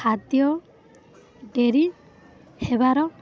ଖାଦ୍ୟ ଡ଼େରି ହେବାର